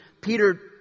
Peter